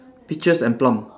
peaches and plum